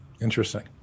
Interesting